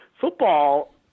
Football